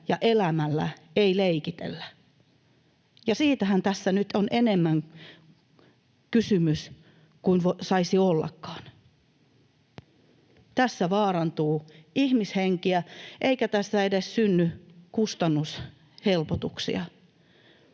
ja elämällä ei leikitellä. Ja siitähän tässä nyt on enemmän kysymys kuin saisi ollakaan. Tässä vaarantuu ihmishenkiä. Eikä tässä edes synny kustannushelpotuksia.